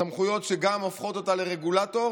סמכויות שגם הופכות אותה לרגולטור